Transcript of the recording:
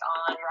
on